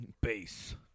Base